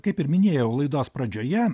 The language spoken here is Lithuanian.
kaip ir minėjau laidos pradžioje